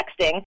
texting